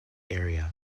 area